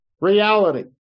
Reality